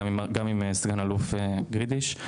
גם עם סגן אלוף גרידיש,